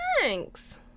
thanks